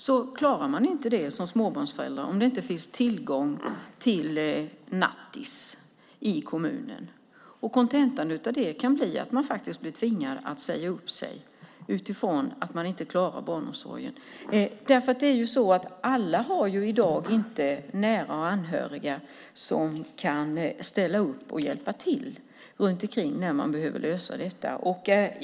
Man klarar inte det som småbarnförälder om det inte finns tillgång till nattis i kommunen. Kontentan av det kan bli att man blir tvingad att säga upp sig för att man inte klarar barnomsorgen. Alla har inte i dag nära och anhöriga som kan ställa upp och hjälpa till när man behöver lösa detta.